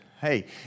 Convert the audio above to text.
Hey